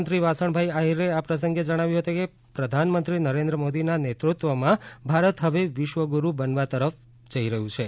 રાજ્યમંત્રી વાસણભાઈ આહિરે આ પ્રસંગે જણાવ્યુ હતું કે પ્રધાનમંત્રી નરેન્દ્ર મોદીના નેતૃત્વમાં ભારત હવે વિશ્વગુરૃ બનવા તરફ થઇ રહયું છે